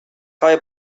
های